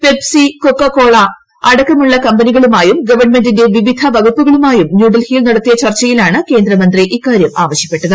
Pepsi Coca Cola അടക്കമുള്ള കമ്പനികളുമായും ഗവൺമെന്റിന്റെ വിവിധ വകുപ്പുകളുമായും ന്യൂഡൽഹിയിൽ നടത്തിയ ചർച്ചയിലാണ് കേന്ദ്രമന്ത്രി ഇക്കാര്യം ആവശ്യപ്പെട്ടത്